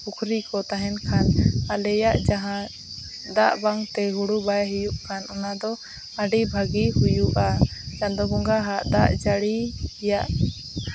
ᱯᱩᱠᱷᱨᱤ ᱠᱚ ᱛᱟᱦᱮᱱ ᱠᱷᱟᱱ ᱟᱞᱮᱭᱟᱜ ᱡᱟᱦᱟᱸ ᱫᱟᱜ ᱵᱟᱝᱛᱮ ᱦᱩᱲᱩ ᱵᱟᱭ ᱦᱩᱭᱩᱜ ᱠᱟᱱ ᱚᱱᱟᱫᱚ ᱟᱹᱰᱤ ᱵᱷᱟᱜᱮ ᱦᱩᱭᱩᱜᱼᱟ ᱪᱟᱸᱫᱳ ᱵᱚᱸᱜᱟ ᱦᱟᱸᱜ ᱫᱟᱜ ᱡᱟᱹᱲᱤ ᱨᱮᱭᱟᱜ